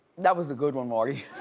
that was a good one, marty.